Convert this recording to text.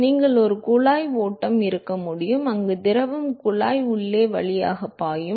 நீங்கள் ஒரு குழாய் ஓட்டம் இருக்க முடியும் அங்கு திரவம் குழாய் உள்ளே வழியாக பாயும்